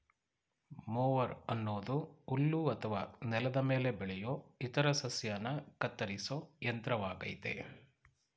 mower ಅನ್ನೋದು ಹುಲ್ಲು ಅಥವಾ ನೆಲದ ಮೇಲೆ ಬೆಳೆಯೋ ಇತರ ಸಸ್ಯನ ಕತ್ತರಿಸೋ ಯಂತ್ರವಾಗಯ್ತೆ